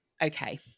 okay